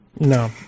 No